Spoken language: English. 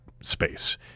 space